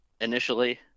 initially